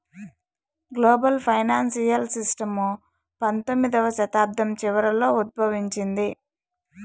global financial system పంతొమ్మిదవ శతాబ్దం చివరలో ఉద్భవించింది